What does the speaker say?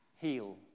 Heal